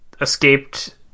escaped